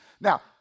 Now